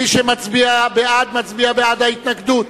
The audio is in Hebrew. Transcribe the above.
מי שמצביע בעד, בעד ההתנגדות.